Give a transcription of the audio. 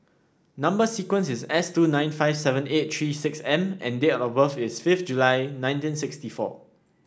Number sequence is S two nine five seven eight three six M and date of birth is fifth July nineteen sixty four